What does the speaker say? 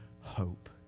hope